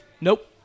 Nope